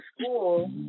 school